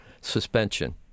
suspension